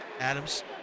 Adams